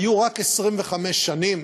היו רק 25 שנים